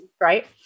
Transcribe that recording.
right